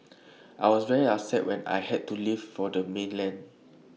I was very upset when I had to leave for the mainland